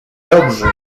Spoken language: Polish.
dobrzy